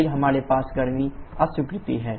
फिर हमारे पास गर्मी अस्वीकृति है